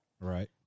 Right